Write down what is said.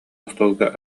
остуолга